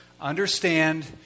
understand